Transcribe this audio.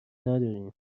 نداریم